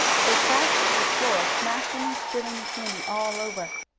they crashed to the floor, smashing and spilling the candy all over.